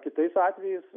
kitais atvejais